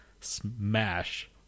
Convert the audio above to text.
Smash